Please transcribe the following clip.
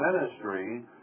ministry